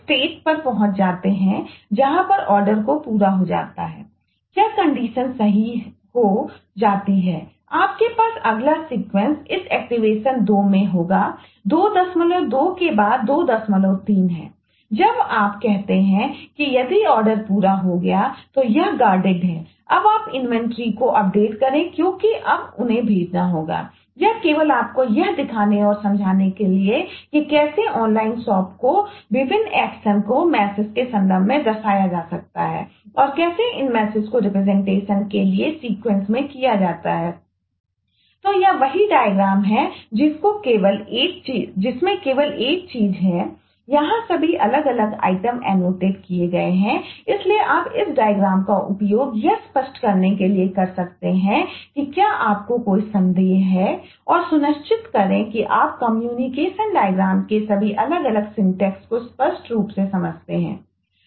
और आप ऐसे स्ट्रेट में किया जाता है तो यह वही डायग्रामको स्पष्ट रूप से समझते हैं